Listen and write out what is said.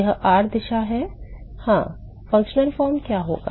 यह r दिशा है हाँ कार्यात्मक रूप क्या होगा